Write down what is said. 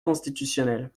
constitutionnel